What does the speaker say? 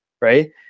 right